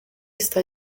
está